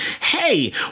hey